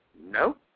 no